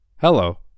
Hello